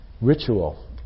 ritual